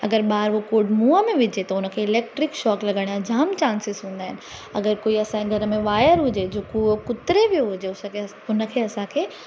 अगरि ॿार हो कोर्ड मूंहं में विझे त उनखे इलेक्ट्र्र्र्रिक शॉक लॻण जा जामु चांसेस हुंदा आहिनि अगरि कोई असांजे घर में वायर हुजे जे कूओ कुतिरी वियो हुजे उनखे असांखे